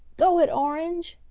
go it, orange!